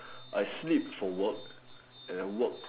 I sleep for work and I work